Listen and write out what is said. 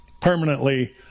Permanently